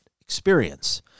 Experience